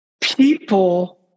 People